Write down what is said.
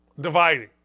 Dividing